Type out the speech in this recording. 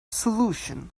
solution